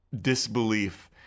disbelief